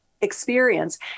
experience